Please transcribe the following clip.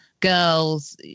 girls